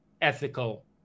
ethical